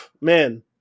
man